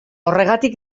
horregatik